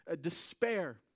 despair